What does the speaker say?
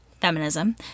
feminism